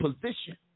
position